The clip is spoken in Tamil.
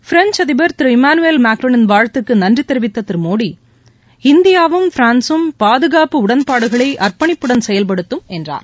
பிரெஞ்ச் அதிபர் திரு இமானுவேல் மென்ராளின் வாழ்த்துக்கு நன்றி தெரிவித்த திரு மோடி இந்தியாவும் பிரான்சும் பாதுகாப்பு உடன்பாடுகளை அர்ப்பணிப்புடன் செயல்படுத்தம் என்றார்